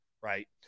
right